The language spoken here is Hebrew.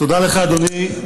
תודה לך, אדוני.